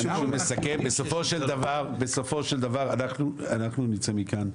אני מסכם, בסופו של דבר אנחנו נצא מכאן,